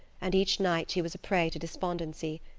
and each night she was a prey to despondency.